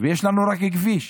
יש לנו רק כביש,